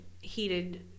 heated